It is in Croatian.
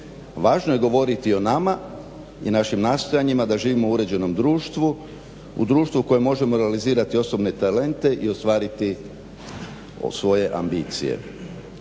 Važno je govoriti o nama i našim nastojanjima da živimo u uređenom društvu, u društvu u kojem možemo realizirati osobne talente i ostvariti svoje ambicije.